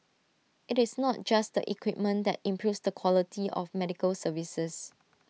IT is not just the equipment that improves the quality of medical services